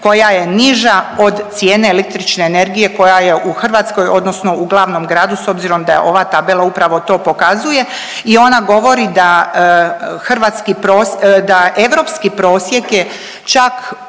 koja je niža od cijene električne energije koja je u Hrvatskoj, odnosno u glavnom gradu s obzirom da ova tabela upravo to pokazuje i ona govori da hrvatski, da europski prosjek je čak